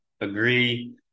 agree